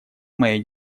моей